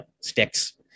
sticks